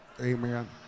Amen